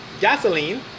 gasoline